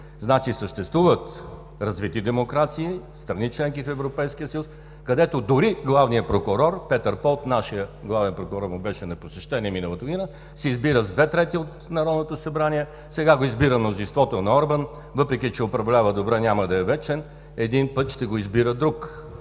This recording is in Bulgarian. Значи, съществуват развити демокрации, страни – членки в Европейския съюз, където дори главният прокурор Петер Полт, нашият главен прокурор му беше на посещение миналата година, се избира с две трети от народното събрание. Сега го избира мнозинството на Орбан. Въпреки че управлява добре, няма да е вечен, един път ще го избира друг.